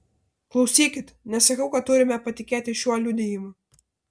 klausykit nesakau kad turime patikėti šiuo liudijimu